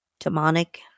Demonic